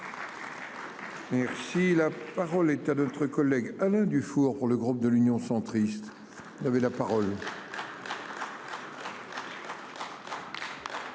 Merci la parole est à notre collègue Alain Dufour. Le groupe de l'Union centriste. Il y avait la parole.